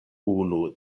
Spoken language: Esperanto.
unu